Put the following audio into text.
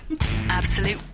absolute